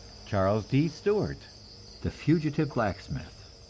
charles d. stewart the fugitive blacksmith.